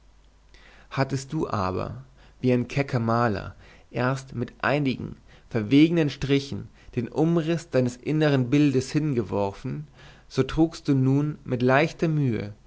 hattest du aber wie ein kecker maler erst mit einigen verwegenen strichen den umriß deines innern bildes hingeworfen so trugst du mit leichter mühe